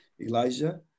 Elijah